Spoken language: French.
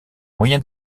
moyen